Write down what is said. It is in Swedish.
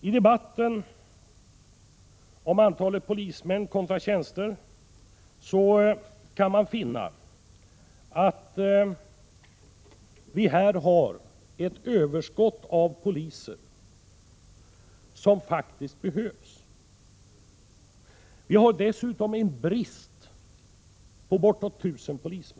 I debatten omi antalet polismän kontra antalet tjänster kan man finna att vi har ett överskott av poliser som faktiskt behövs. Vi har dessutom en brist på bortåt 1 000 poliser.